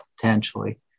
potentially